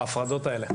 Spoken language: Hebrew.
ההפרדות האלו.